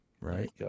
Right